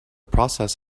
process